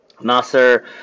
Nasser